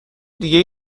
دیگه